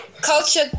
culture